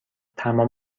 تمام